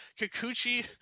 Kikuchi